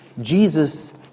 Jesus